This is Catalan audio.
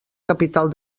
capital